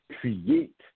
create